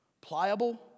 pliable